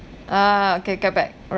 ah okay get back alright